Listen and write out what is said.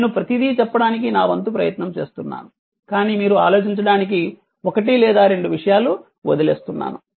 నేను ప్రతీదీ చెప్పడానికి నా వంతు ప్రయత్నం చేస్తున్నాను కానీ మీరు ఆలోచించటానికి ఒకటి లేదా రెండు విషయాలు వదిలేస్తున్నాను